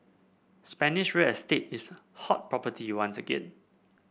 Spanish real estate is hot property once again